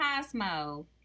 Cosmo